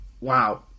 Wow